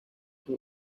grew